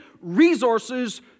resources